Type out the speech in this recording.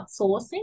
outsourcing